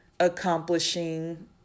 accomplishing